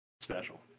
Special